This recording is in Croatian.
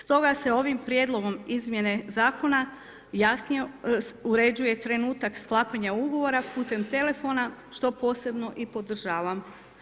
Stoga se ovim prijedlogom izmjene zakona jasnije uređuje trenutak sklapanja ugovora putem telefona što posebno i podržavam.